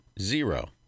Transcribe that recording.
Zero